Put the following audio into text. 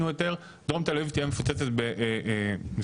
דרום תל אביב תהיה מפוצצת במסתננים,